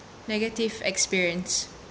negative experience